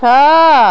ଛଅ